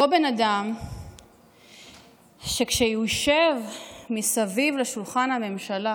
אותו בן אדם שכשהוא יושב מסביב לשולחן הממשלה